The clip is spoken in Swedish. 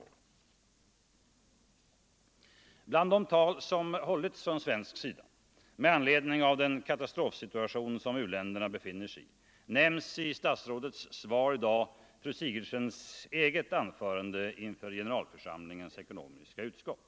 Torsdagen den Bland de tal som hållits från svensk sida med anledning av den ka 14 november 1974 tastrofsituation som u-länderna befinner sig i nämns i statsrådets var LL i dag fru Sigurdsens eget anförande inför generalförsamlingens ekono = Ang. u-landshjälmiska utskott.